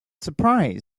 surprise